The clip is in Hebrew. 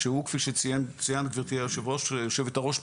כפי שציינת גברתי יושבת הראש,